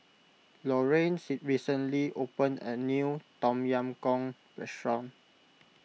Loraine recently opened a new Tom Yam Goong restaurant